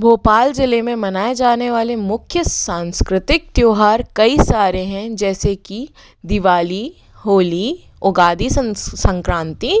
भोपाल ज़िले में मनाए जाने वाले मुख्य सांस्कृतिक त्यौहार कई सारे हैं जैसे कि दिवाली होली उगादि संक्रांति